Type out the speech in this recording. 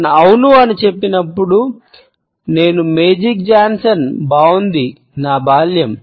అతను అవును అని చెప్పినప్పుడు నేను నా బాల్యం